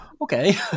okay